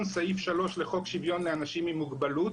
סעיף 3 לחוק שוויון לאנשים עם מוגבלות